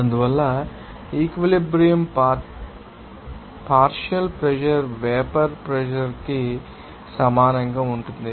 అందువల్ల equilibrium partial pressure vapour pressure ానికి సమానంగా ఉంటుంది